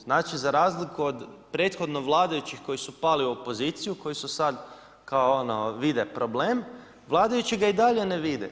Znači za razliku od prethodno vladajućih koji su pali u opoziciju, koji su sad kao ono vide problem, vladajući ga i dalje ne vide.